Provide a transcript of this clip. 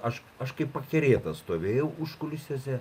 aš aš kaip pakerėtas stovėjau užkulisiuose